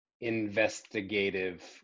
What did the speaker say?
investigative